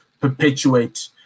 perpetuate